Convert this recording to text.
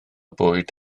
bwyd